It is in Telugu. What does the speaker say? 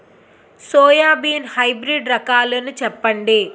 సోయాబీన్ హైబ్రిడ్ రకాలను చెప్పండి?